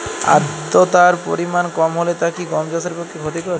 আর্দতার পরিমাণ কম হলে তা কি গম চাষের পক্ষে ক্ষতিকর?